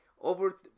over